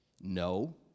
No